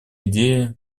идеи